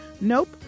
Nope